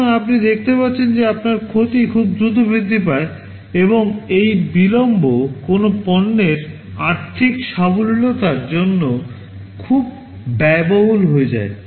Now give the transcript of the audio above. সুতরাং আপনি দেখতে পাচ্ছেন যে আপনার ক্ষতি খুব দ্রুত বৃদ্ধি পায় এবং এই বিলম্ব কোনও পণ্যের আর্থিক সাবলীলতার জন্য খুব ব্যয়বহুল হয়ে যায়